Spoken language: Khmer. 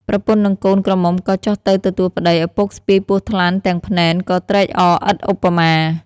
ប្រពន្ធនិងកូនក្រមុំក៏ចុះទៅទទួលប្ដី ឪពុកស្ពាយពស់ថ្លាន់ទាំងភ្នេនក៏ត្រេកអរឥតឧបមា។